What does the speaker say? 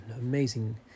amazing